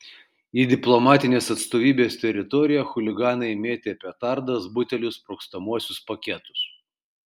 į diplomatinės atstovybės teritoriją chuliganai mėtė petardas butelius sprogstamuosius paketus